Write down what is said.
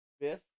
fifth